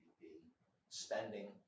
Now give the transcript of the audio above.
Spending